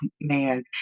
man